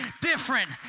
different